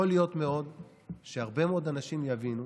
יכול מאוד להיות שהרבה מאוד אנשים יגידו